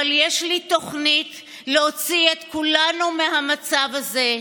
אבל יש לי תוכנית להוציא את כולנו מהמצב הזה,